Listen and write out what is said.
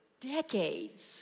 decades